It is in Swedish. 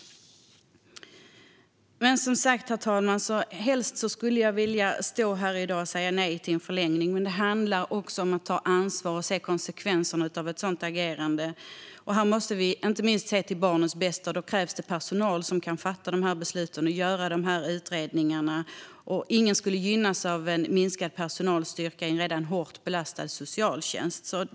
Som sagt, herr talman, skulle jag helst vilja stå här i dag och säga nej till en förlängning, men det handlar om att ta ansvar och se konsekvenserna av ett sådant agerande. Här måste vi inte minst se till barnens bästa. Då krävs det personal som kan fatta de här besluten och göra de här utredningarna. Ingen skulle gynnas av en minskad personalstyrka i en redan hårt belastad socialtjänst.